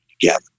together